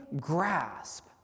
grasp